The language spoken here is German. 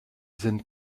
sind